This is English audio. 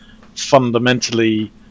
fundamentally